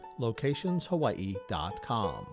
locationshawaii.com